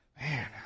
man